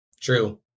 True